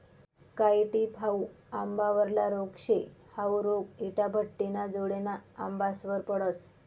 कायी टिप हाउ आंबावरला रोग शे, हाउ रोग इटाभट्टिना जोडेना आंबासवर पडस